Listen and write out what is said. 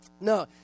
No